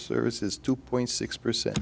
services two point six percent